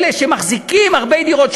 אלה שמחזיקים הרבה דירות,